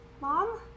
Mom